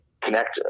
connect